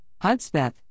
Hudspeth